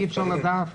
תמר,